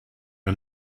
are